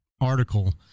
article